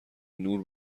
نور